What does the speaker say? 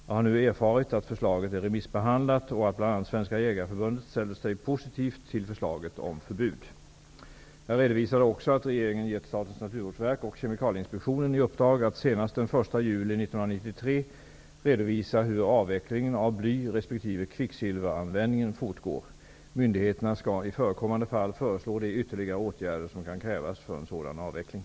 Jag har nu erfarit att förslaget är remissbehandlat och att bl.a. Svenska Jägareförbundet ställer sig positivt till förslaget om förbud. Jag redovisade också att regeringen gett Statens naturvårdsverk och Kemikalieinspektionen i uppdrag att senast den 1 juli 1993 redovisa hur avvecklingen av bly resp. kvicksilveranvändningen fortgår. Myndigheterna skall i förekommande fall föreslå de ytterligare åtgärder som kan krävas för en sådan avveckling.